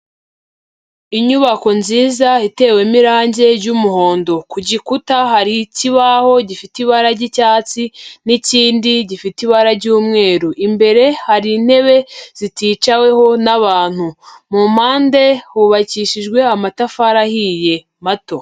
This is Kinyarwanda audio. Inyubako nziza itewemo irangi ry'umuhondo. Ku gikuta hari ikibaho gifite ibara ry'icyatsi n'ikindi gifite ibara ry'umweru. Imbere hari intebe ziticaweho n'abantu. Mu mpande hubakishijwe amatafari ahiye mato.